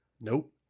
nope